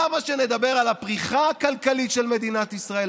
למה שנדבר על הפריחה הכלכלית של מדינת ישראל,